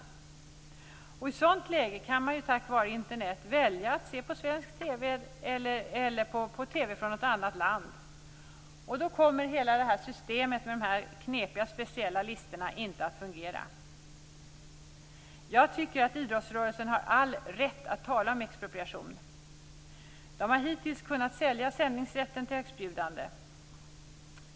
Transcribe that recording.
I ett sådant läge kan man tack vare Internet välja mellan att se på svensk TV eller att se på TV från något annat land. Då kommer hela det här systemet med knepiga och speciella listor inte att fungera. Jag tycker att idrottsrörelsen har all rätt att tala om expropriation. Man har hittills kunnat sälja sändningsrätten till högstbjudande.